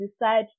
decide